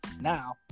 Now